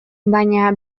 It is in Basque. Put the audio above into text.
baina